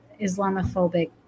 Islamophobic